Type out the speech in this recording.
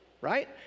right